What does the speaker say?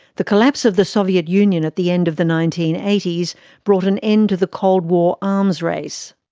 the collapse of the soviet union at the end of the nineteen eighty s brought an end to the cold war arms race.